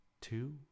two